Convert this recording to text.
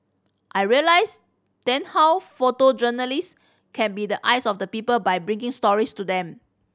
I realised then how photojournalist can be the eyes of the people by bringing stories to them